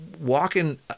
walking